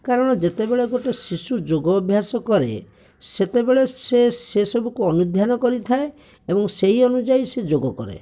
କାରଣ ଯେତେବେଳେ ଗୋଟେ ଶିଶୁ ଯୋଗ ଅଭ୍ୟାସ କରେ ସେତେବେଳେ ସେ ସେ ସବୁକୁ ଅନୁଧ୍ୟାନ କରିଥାଏ ଏବଂ ସେଇ ଅନୁଯାୟୀ ସେ ଯୋଗ କରେ